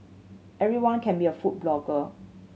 everyone can be a food blogger